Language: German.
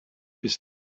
bis